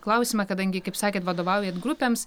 klausimą kadangi kaip sakėt vadovaujat grupėms